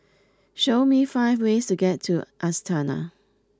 show me five ways to get to Astana